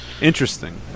Interesting